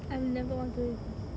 I will never want to relive